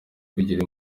kugira